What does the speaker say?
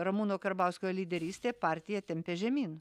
ramūno karbauskio lyderystė partiją tempia žemyn